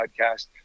podcast